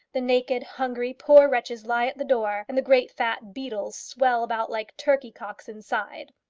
the naked, hungry, poor wretches lie at the door, and the great fat beadles swell about like turkey-cocks inside.